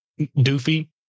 doofy